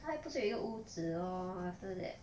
他还不是有一个屋子 lor after that